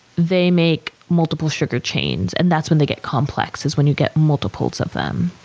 they make multiple sugar chains. and that's when they get complex, is when you get multiples of them.